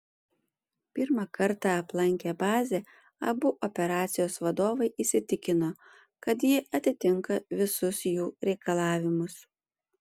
pirmą kartą aplankę bazę abu operacijos vadovai įsitikino kad ji atitinka visus jų reikalavimus